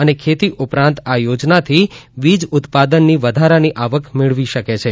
અને ખેતી ઉપરાંત આ યોજનાથી વીજ ઉત્પાદનની વધારાની આવક મેળવી શકે છે